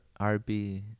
RB